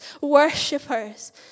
worshippers